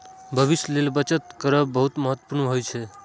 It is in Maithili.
भविष्यक लेल बचत करब बहुत महत्वपूर्ण होइ छै